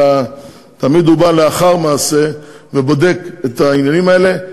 אלא תמיד הוא בא לאחר מעשה ובודק את העניינים האלה.